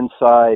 inside